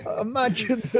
imagine